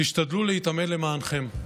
תשתדלו להתעמל, למענכם.